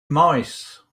mice